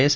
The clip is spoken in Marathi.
एस